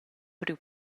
priu